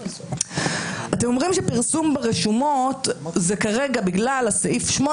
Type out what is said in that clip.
אתם אומרים שפרסום ברשומות זה כרגע בגלל סעיף 8,